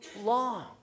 long